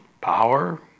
Power